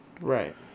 right